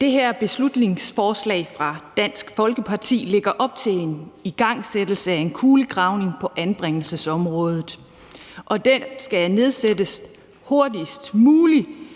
Det her beslutningsforslag fra Dansk Folkeparti lægger op til en igangsættelse af en kulegravning på anbringelsesområdet. Og den skal igangsættes hurtigst muligt